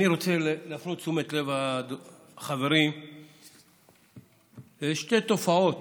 אני רוצה להפנות את תשומת לב חבריי לשתי תופעות